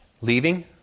leaving